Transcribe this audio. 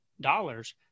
dollars